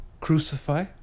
crucify